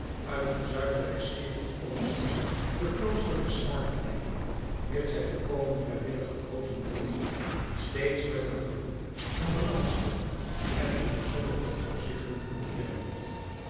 uit een zuiver wijsgeerig oogpunt de kloosterlijke samenleving mits zij volkomen vrijwillig gekozen wordt steeds met een gevoel van belangstelling en in sommige opzichten van eerbied